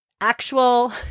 actual